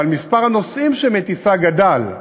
אבל מספר הנוסעים שהיא מטיסה גדל.